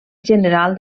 general